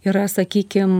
yra sakykim